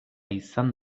izan